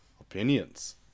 opinions